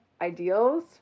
ideals